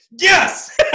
Yes